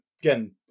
again